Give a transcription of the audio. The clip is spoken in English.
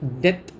death